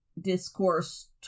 discourse